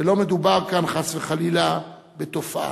ולא מדובר כאן חס וחלילה בתופעה.